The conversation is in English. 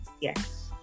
Yes